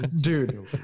dude